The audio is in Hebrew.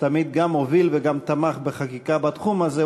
שתמיד גם הוביל וגם תמך בחקיקה בתחום הזה.